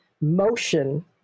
motion